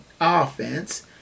offense